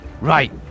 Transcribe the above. Right